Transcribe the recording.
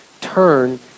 turn